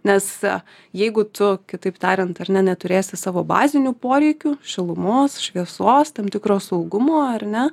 nes jeigu tu kitaip tariant ar ne neturėsi savo bazinių poreikių šilumos šviesos tam tikro saugumo ar ne